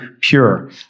pure